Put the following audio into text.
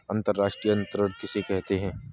अंतर्राष्ट्रीय अंतरण किसे कहते हैं?